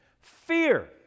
Fear